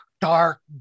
dark